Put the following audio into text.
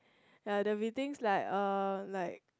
ya there'll be things like uh like